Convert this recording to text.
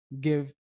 give